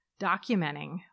documenting